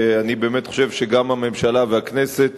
ואני באמת חושב שגם הממשלה והכנסת